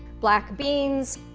black beans,